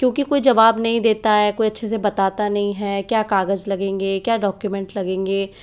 क्योंकि कोई जवाब नहीं देता है कोई अच्छे से बताता नई है क्या कागज़ लगेंगे क्या डॉक्यूमेंट लगेंगे